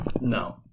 No